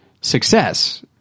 success